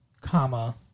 comma